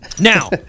Now